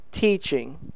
Teaching